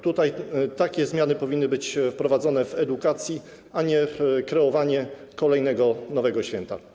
Takie zmiany powinny być wprowadzone w edukacji, a nie kreowanie kolejnego nowego święta.